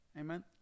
Amen